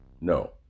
No